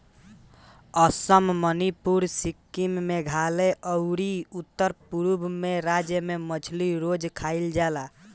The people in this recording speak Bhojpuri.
असम, मणिपुर, सिक्किम, मेघालय अउरी उत्तर पूरब के राज्य में मछली रोज खाईल जाला